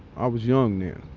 i was young then.